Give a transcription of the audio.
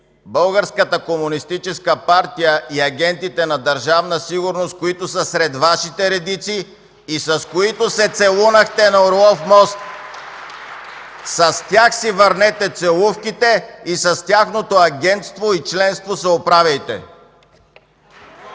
Българската комунистическа партия и агентите на Държавна сигурност, които са сред Вашите редици и с които се целунахте на Орлов мост! (Ръкопляскания отдясно.) С тях си върнете целувките и с тяхното агентство и членство се оправяйте! (Шум